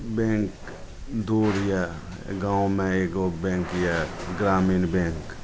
bank दूर यऽ गाममे एगो बैँक यऽ ग्रामीण बैँक